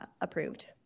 approved